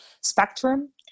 spectrum